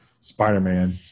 Spider-Man